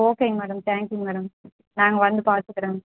ஓகேங்க madam thank யூங்க madam நாங்கள் வந்து பார்த்துக்குறோங்க